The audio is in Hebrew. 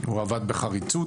הוא עבד בחריצות,